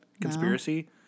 conspiracy